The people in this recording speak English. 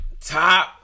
Top